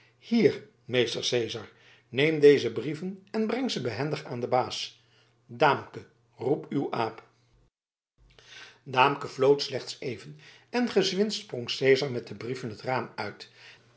hier meester cezar neem deze brieven en breng ze behendig aan den baas daamke roep uw aap daamke floot slechts even en gezwind sprong cezar met de brieven het raam uit